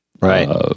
right